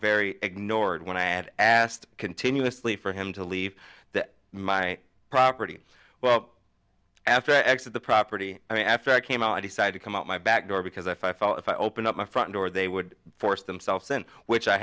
very ignored when i had asked continuously for him to leave that my property well after x of the property i mean after i came out i decided to come out my back door because i felt if i open up my front door they would force themselves sent which i